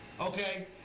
okay